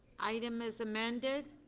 item as amended,